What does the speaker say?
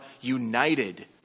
united